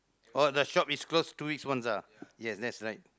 oh the shop is closed two weeks once ah yes that's right